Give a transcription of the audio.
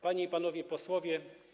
Panie i Panowie Posłowie!